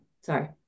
sorry